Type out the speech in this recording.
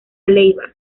leiva